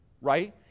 right